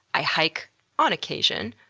i hike on occasion.